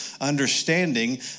understanding